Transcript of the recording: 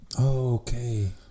Okay